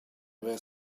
were